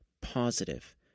positive